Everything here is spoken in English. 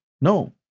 No